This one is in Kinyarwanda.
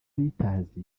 reuters